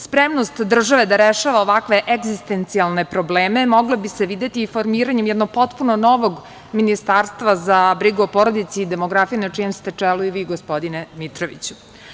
Spremnost države da rešava ovakve egzistencijalne probleme mogla bi se videti i formiranje jedno potpuno novog Ministarstva za brigu o porodici i demografije na čijem ste čelu i vi gospodine Dmitroviću.